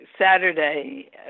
Saturday